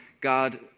God